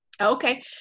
Okay